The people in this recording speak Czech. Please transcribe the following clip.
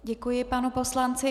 Děkuji panu poslanci.